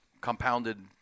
compounded